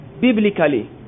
Biblically